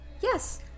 Yes